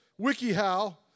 Wikihow